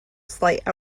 slight